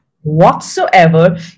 whatsoever